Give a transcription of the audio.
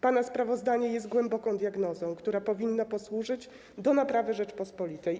Pana sprawozdanie jest głęboką diagnozą, która powinna posłużyć do naprawy Rzeczypospolitej.